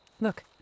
Look